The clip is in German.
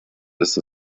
ist